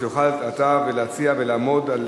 כדי שתוכל להציע ולעמוד.